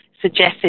suggested